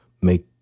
make